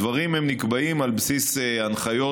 הדברים נקבעים על בסיס הנחיות